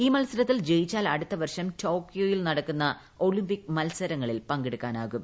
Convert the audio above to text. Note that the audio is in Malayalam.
ഈ മൽസരത്തിൽ ജയിച്ചാൽ അടുത്ത വർഷം ടോക്കിയോയിൽ നടക്കുന്ന ഒളിമ്പിക് മൽസരങ്ങളിൽ പങ്കെടുക്കാനാകും